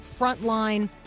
frontline